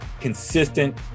consistent